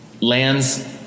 lands